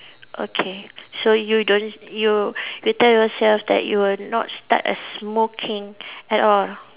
okay so you don't you you tell yourself that you would not start a smoking at all